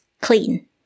clean